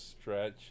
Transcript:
stretch